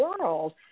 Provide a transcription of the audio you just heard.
world